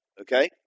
okay